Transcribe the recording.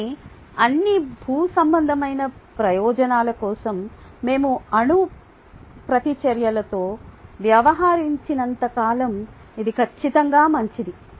కాబట్టి అన్ని భూసంబంధమైన ప్రయోజనాల కోసం మేము అణు ప్రతిచర్యలతో వ్యవహరించనంత కాలం ఇది ఖచ్చితంగా మంచిది